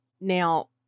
Now